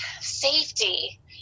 safety